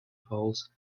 polls